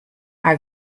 our